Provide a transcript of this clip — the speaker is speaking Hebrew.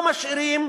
לא משאירים